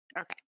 Okay